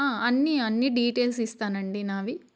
అన్నీ అన్నీ డీటెయిల్స్ ఇస్తానండి నావి